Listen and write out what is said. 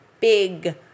big